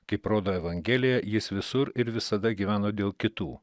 kaip rodo evangelija jis visur ir visada gyveno dėl kitų